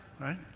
right